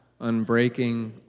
unbreaking